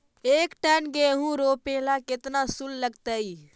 एक टन गेहूं रोपेला केतना शुल्क लगतई?